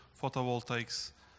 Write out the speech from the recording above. photovoltaics